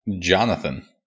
Jonathan